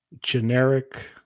Generic